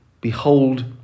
Behold